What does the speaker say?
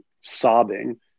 sobbing